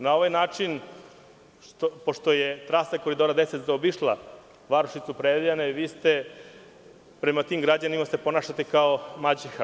Na ovaj način, pošto je trasa Koridora10 zaobišla varošicu Predejane, vi se prema tim građanima ponašate kao maćeha.